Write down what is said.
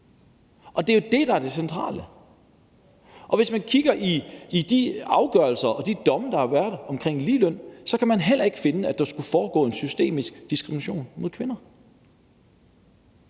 og det er jo det, der er det centrale. Og hvis man kigger i de afgørelser og de domme, der har været omkring ligeløn, så kan man heller ikke finde, at der skulle foregå en systemisk diskrimination mod kvinder.